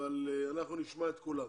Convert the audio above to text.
אבל אנחנו נשמע את כולם.